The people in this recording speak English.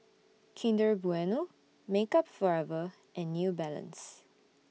Kinder Bueno Makeup Forever and New Balance